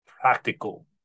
practical